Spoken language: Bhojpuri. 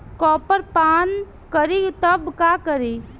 कॉपर पान करी तब का करी?